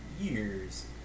years